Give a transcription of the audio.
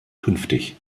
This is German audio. künftig